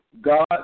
God